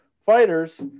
fighters